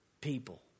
people